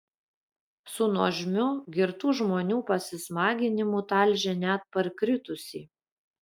su nuožmiu girtų žmonių pasismaginimu talžė net parkritusį